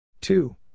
two